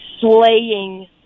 slaying